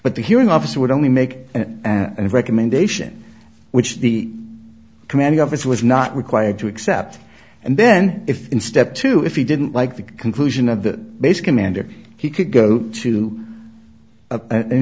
but the hearing officer would only make a recommendation which the commanding officer was not required to accept and then if in step two if he didn't like the conclusion of the base commander he could go to an